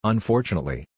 Unfortunately